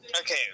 okay